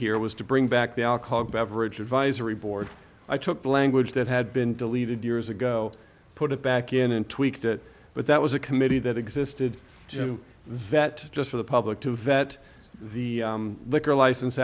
here was to bring back the alcoholic beverage advisory board i took the language that had been deleted years ago put it back in and tweaked it but that was a committee that existed that just for the public to vet the liquor license